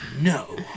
no